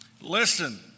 Listen